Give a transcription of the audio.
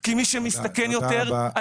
כי מי שמסתכן יותר,